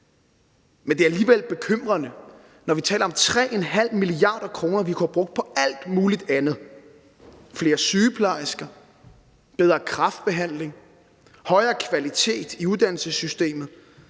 Men det er alligevel bekymrende, når vi taler om 3,5 mia. kr., vi kunne have brugt på alt muligt andet: flere sygeplejersker, bedre kræftbehandling, højere kvalitet i uddannelsessystemet.